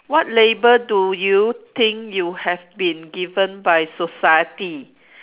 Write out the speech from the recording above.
what label do you think you have been given by society